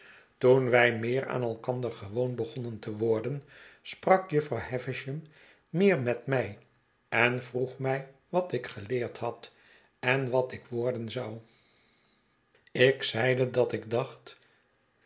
toen wij meer aan elkander gewoon begonnen te worden sprak jufvrouw havisham meer met mij en vroeg mij wat ik geleerd had en wat ik worden zou ik zeide haar dat ik dacht